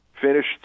finished